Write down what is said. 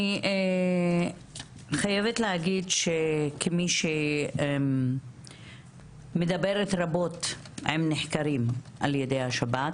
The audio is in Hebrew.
אני חייבת להגיד כמי שמדברת רבות עם נחקרים על-ידי השב"כ,